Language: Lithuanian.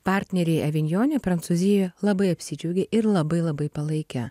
partneriai avinjone prancūzijoje labai apsidžiaugė ir labai labai palaikė